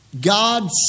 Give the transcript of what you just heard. God